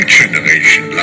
generation